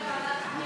ההצעה